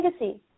legacy